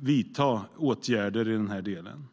vidta åtgärder i den här delen.